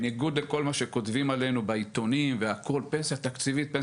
היא שבניגוד לכל מה שכותבים עלינו בעיתונים והכל על הפנסיה התקציבית,